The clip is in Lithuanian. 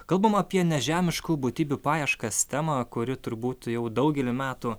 kalbam apie nežemiškų būtybių paieškas temą kuri turbūt jau daugelį metų